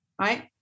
right